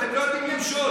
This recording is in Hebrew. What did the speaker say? אתם לא יודעים למשול.